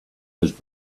was